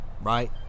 right